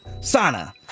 Sana